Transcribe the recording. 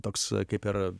toks kaip ir